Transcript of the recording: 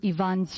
Ivan